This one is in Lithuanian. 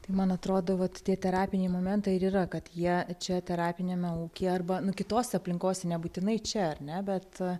tai man atrodo vat tie terapiniai momentai ir yra kad jie čia terapiniame ūkyje arba nu kitose aplinkose nebūtinai čia ar ne bet